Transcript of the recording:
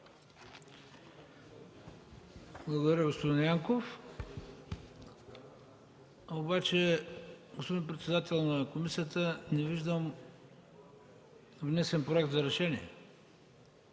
Благодаря, господин Янков. Господин председател на комисията, не виждам внесен проект за решение.